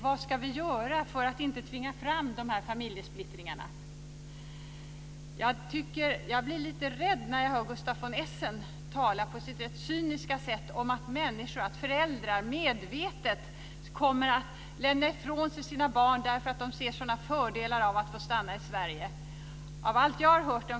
Vad ska vi göra för att inte tvinga fram familjesplittringarna? Jag blir lite rädd när jag hör Gustaf von Essen cyniskt tala om att föräldrar medvetet lämnar ifrån sig sina barn därför att de ser sådana fördelar av att få stanna i Sverige.